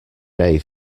day